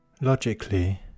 Logically